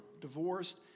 divorced